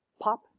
pop